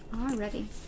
already